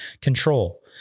control